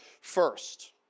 First